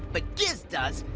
but giz does!